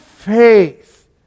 Faith